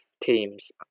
teams